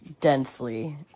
densely